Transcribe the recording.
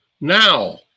Now